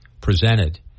presented